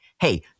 hey